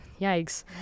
yikes